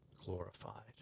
glorified